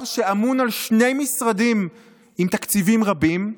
שאמון על שני משרדים עם תקציבים רבים,